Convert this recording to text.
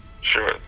Sure